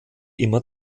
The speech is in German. immer